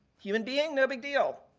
human being, no big deal,